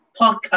podcast